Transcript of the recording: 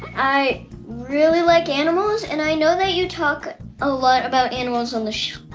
i really like animals. and i know that you talk a lot about animals on the show.